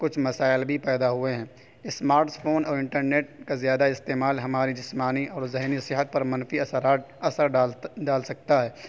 کچھ مسائل بھی پیدا ہوئے ہیں اسماٹس فون اور انٹرنیٹ کا زیادہ استعمال ہماری جسمانی اور ذہنی صحت پر منفی اثرات اثر ڈال سکتا ہے